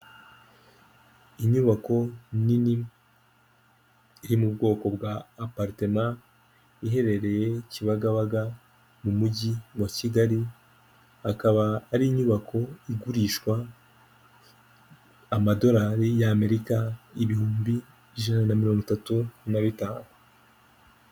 Inyubako nini iri mu bwoko bwa aparitema iherereye kibagabaga mu mujyi wa Kigali, akaba ari inyubako igurishwa, amadolari y'Amerika ibihumbi ijana na mirongo itatu na bitanu.